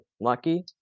Lucky